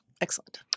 Excellent